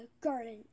garden